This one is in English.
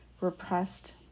repressed